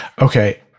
Okay